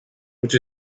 which